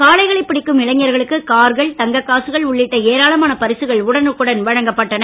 காளைகளைப் பிடிக்கும் இளைஞர்களுக்கு கார்கள் தங்க காசுகள் உள்ளிட்ட ஏராளமான பரிசுகள் உடனுக்குடன் வழங்கப்பட்டன